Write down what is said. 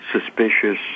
suspicious